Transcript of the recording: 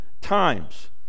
times